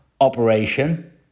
operation